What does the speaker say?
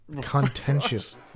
contentious